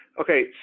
Okay